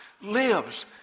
lives